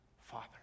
Father